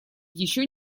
еще